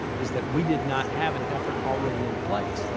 is that we did not have an effort already in place.